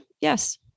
Yes